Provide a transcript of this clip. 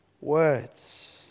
words